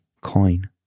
coin